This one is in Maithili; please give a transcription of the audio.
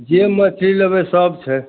जे मछली लेबै सभ छै